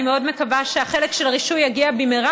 אני מאוד מקווה שהחלק של הרישוי יגיע במהרה,